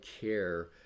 care